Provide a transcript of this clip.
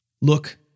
Look